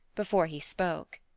before he spoke.